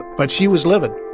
but she was livid,